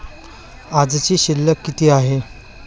आजची शिल्लक किती आहे?